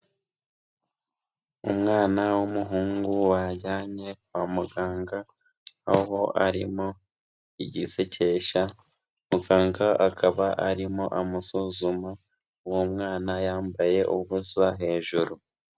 Umwana w'umuhungu wajyanye kwa muganga aho arimo igisekesha muganga akaba arimo amusuzuma uwo mwana yambaye ubusa hejuru.